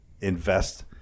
invest